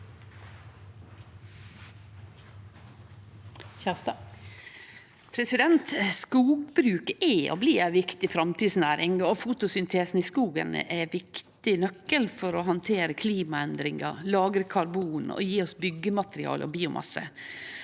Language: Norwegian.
Skogbruk er og blir ei viktig framtidsnæring, og fotosyntesen i skogen er ein viktig nøkkel for å handtere klimaendringar, lagre karbon og gje oss byggemateriale og biomasse.